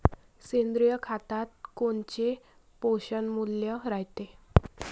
सेंद्रिय खतात कोनचे पोषनमूल्य रायते?